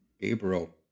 Gabriel